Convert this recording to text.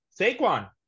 Saquon